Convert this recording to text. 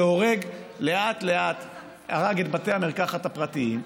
זה הרג לאט-לאט את בתי המרקחת הפרטיים.